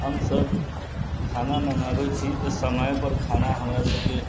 हमसब खाना मँगाबै छी तऽ समयपर खाना हमरा सबके